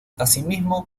asimismo